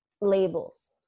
labels